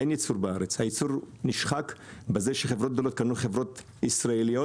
אין יצור בארץ הייצור נשחק בזה שחברות גדולות קנו חברות ישראליות,